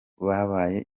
babaye